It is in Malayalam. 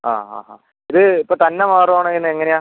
ആ ആ ആ ഇത് ഇപ്പോൾ തന്നെ മാറുവാണോ പിന്നെ എങ്ങനെയാണ്